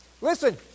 Listen